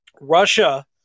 Russia